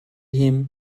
him